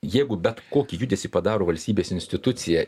jeigu bet kokį judesį padaro valstybės institucija